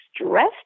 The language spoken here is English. stress